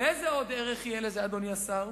ואיזה עוד ערך יהיה לזה, אדוני השר?